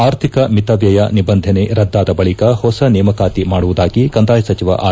ಆರ್ಥಿಕ ಮಿತವ್ದಯ ನಿಬಂಧನೆ ರದ್ದಾದ ಬಳಿಕ ಹೊಸ ನೇಮಕಾತಿ ಮಾಡುವುದಾಗಿ ಕಂದಾಯ ಸಚಿವ ಆರ್